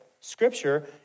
scripture